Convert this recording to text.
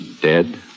dead